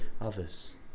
others